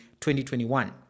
2021